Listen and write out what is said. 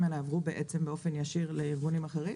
האלה עברו בעצם באופן ישיר לארגונים אחרים.